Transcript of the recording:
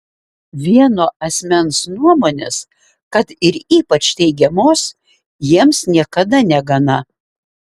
vieno asmens nuomonės kad ir ypač teigiamos jiems niekada negana